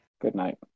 Goodnight